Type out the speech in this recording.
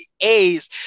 A's